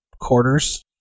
quarters